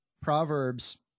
Proverbs